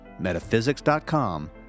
metaphysics.com